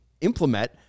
implement